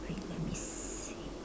wait let me see